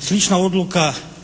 Slična odluka